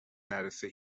نرسه